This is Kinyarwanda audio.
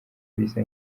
bisa